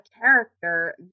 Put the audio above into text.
character